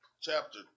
chapter